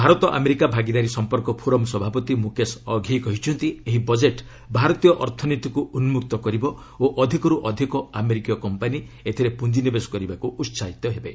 Bharat America ଭାଗିଦାରୀ ସଂପର୍କ forum ସଭାପତି ମୁକେଶ ଅଘି କହିଛନ୍ତି ଏହି ବଜେଟ୍ ଭାରତୀୟ ଅର୍ଥନୀତିକୁ ଉନ୍କକ୍ତ କରିବ ଓ ଅଧିକରୁ ଅଧିକ ଆମେରିକୀୟ କମ୍ପାନୀ ଏଥିରେ ପୁଞ୍ଜିନିବେଶ କରିବାକୁ ଉସାହିତ କରିବ